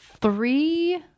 Three